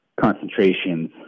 concentrations